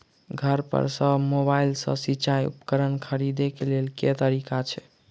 घर पर सऽ मोबाइल सऽ सिचाई उपकरण खरीदे केँ लेल केँ तरीका छैय?